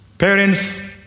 Parents